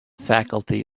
faculty